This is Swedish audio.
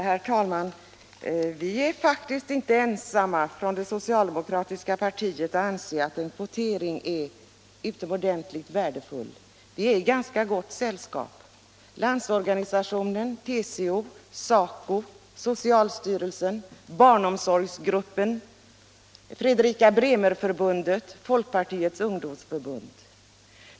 Herr talman! Socialdemokraterna är faktiskt inte ensamma om att anse att en kvotering är utomordentligt värdefull. Vi är i ganska gott sällskap: Landsorganisationen, TCO, SACO, socialstyrelsen, barnomsorgsgruppen, Fredrika-Bremer-förbundet, Folkpartiets ungdomsförbund.